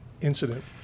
incident